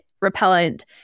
repellent